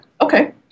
Okay